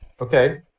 Okay